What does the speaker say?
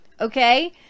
Okay